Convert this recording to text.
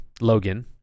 Logan